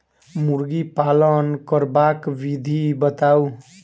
मुर्गी पालन करबाक विधि बताऊ?